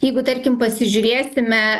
jeigu tarkim pasižiūrėsime